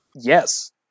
Yes